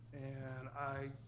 and i,